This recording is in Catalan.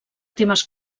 temes